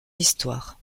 histoire